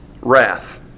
wrath